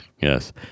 Yes